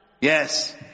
Yes